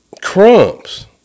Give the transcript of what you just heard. crumbs